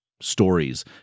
stories